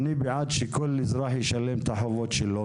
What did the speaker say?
אני בעד זה שכל אזרח ישלם את החובות שלו.